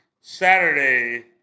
Saturday